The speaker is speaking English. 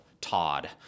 Todd